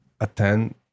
attend